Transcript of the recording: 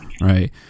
right